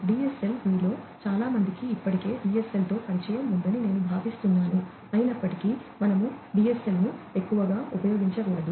DSL మీలో చాలా మందికి ఇప్పటికే DSL తో పరిచయం ఉందని నేను భావిస్తున్నాను అయినప్పటికీ మనము DSL ను ఎక్కువగా ఉపయోగించకూడదు